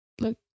Look